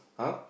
!huh!